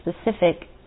specific